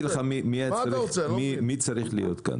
אז אני אגיד לך מי צריך להיות כאן.